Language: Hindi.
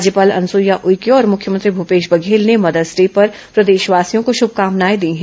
राज्यपाल अनुसुईया उइके और मुख्यमंत्री भूपेश बघेल ने मदर्स डे पर प्रदेशवासियों को श्रभकामनाएं दी हैं